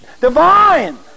Divine